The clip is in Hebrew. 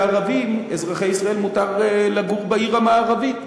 שלערבים אזרחי ישראל מותר לגור בעיר המערבית.